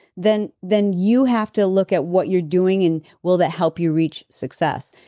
then then you have to look at what you're doing and will that help you reach success?